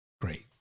Great